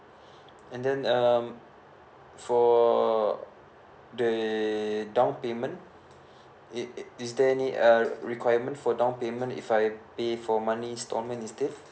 and then um for the down payment it is there any uh requirement for down payment if I pay for monthly installment instead